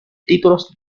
títulos